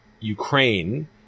Ukraine